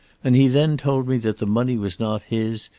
and he then told me that the money was not his,